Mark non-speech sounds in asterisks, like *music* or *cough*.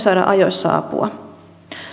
*unintelligible* saada ajoissa apua